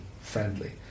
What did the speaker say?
friendly